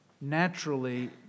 naturally